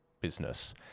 business